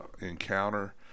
encounter